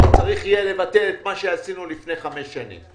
כי צריך יהיה לבטל את מה שעשינו לפני חמש שנים.